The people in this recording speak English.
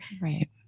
Right